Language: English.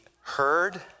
heard